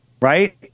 right